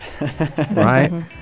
Right